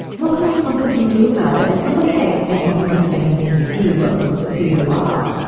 what can you possibly do about it? if somebody hates you, not because of anything you do, but because of who you are,